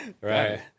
Right